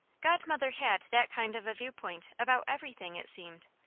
godmother had that kind of a viewpoint about everything, it seemed.